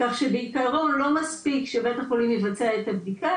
כך שבעיקרון לא מספיק שבית החולים יבצע את הבדיקה,